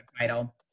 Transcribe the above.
title